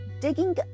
digging